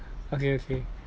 okay okay